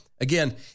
Again